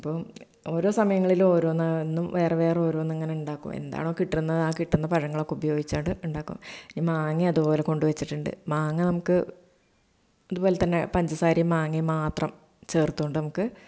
ഇപ്പം ഓരോ സമയങ്ങളിലും ഓരോന്ന് എന്നും വേറെ വേറെ ഓരോന്ന് ഇങ്ങനെ ഉണ്ടാക്കും എന്താണോ കിട്ടുന്നത് ആ കിട്ടുന്ന പഴങ്ങളൊക്കെ ഉപയോഗിച്ച് അങ്ങ് ഉണ്ടാക്കും ഈ മാങ്ങയും അതുപോലെ കൊണ്ടു വെച്ചിട്ട് ഉണ്ട് മാങ്ങ നമുക്ക് ഇതുപോലെ തന്നെ പഞ്ചസാരയും മാങ്ങയും മാത്രം ചേർത്തുകൊണ്ട് നമുക്ക്